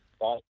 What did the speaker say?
Bye